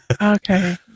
Okay